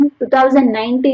2019